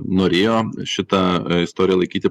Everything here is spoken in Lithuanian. norėjo šitą a istoriją laikyti